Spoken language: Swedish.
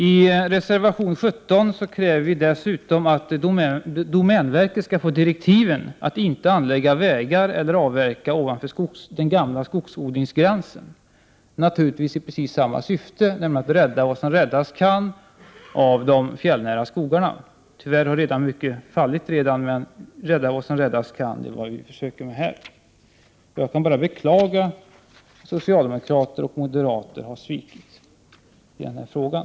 I reservation 17 kräver miljöpartiet dessutom att domänverket skall få direktiv att inte anlägga vägar eller avverka ovanför den gamla skogsodlingsgränsen, naturligtvis i precis samma syfte, nämligen att rädda vad som räddas kan av de fjällnära skogarna. Tyvärr har mycket redan fallit. Jag kan bara beklaga att socialdemokrater och moderater har svikit i den här frågan.